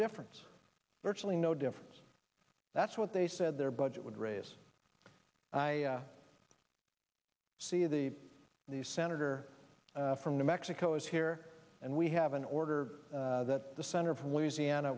difference virtually no difference that's what they said their budget would raise i see the the senator from new mexico is here and we have an order that the senator from louisiana